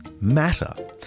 matter